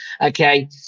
okay